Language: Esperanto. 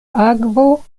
akvo